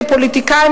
כפוליטיקאים,